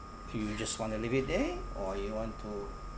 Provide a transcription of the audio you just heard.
you just want to leave it there or you want to